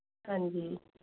ਹਾਂਜੀ